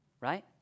right